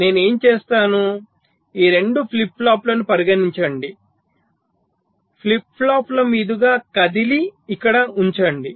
నేను ఏమి చేస్తాను ఈ 2 ఫ్లిప్ ఫ్లాప్లను పరిగణించండి ఫ్లిప్ ఫ్లాప్ల మీదుగా కదిలి ఇక్కడ ఉంచండి